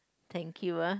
thank you ah